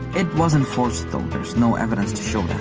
it wasn't forced, though, there's no evidence